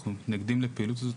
אנחנו מתנגדים לפעילות הזו,